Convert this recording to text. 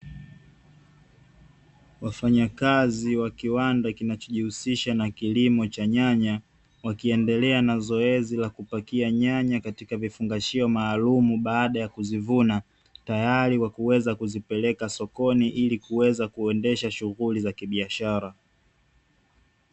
Wafanyakazi wa kiwanda kinachojihusisha na kilimo cha nyanya, wakiendelea na zoezi la kupakia nyanya katika vifungashio maalumu baada ya kuzivuna, tayari kwa kuweza kuzipeleka sokoni ili kuweza kuendesha shughuli za kibiashara.